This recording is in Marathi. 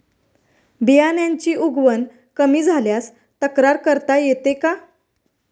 बियाण्यांची उगवण कमी झाल्यास तक्रार करता येते का?